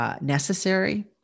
necessary